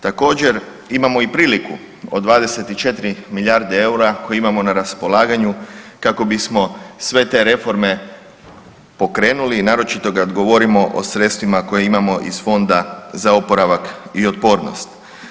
Također imamo i priliku od 24 milijarde EUR-a koje imamo na raspolaganju kako bismo sve te reforme pokrenuli i naročito kad govorimo o sredstvima koja imamo iz fonda za oporavak i otpornost.